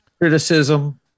criticism